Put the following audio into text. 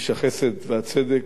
איש החסד והצדק.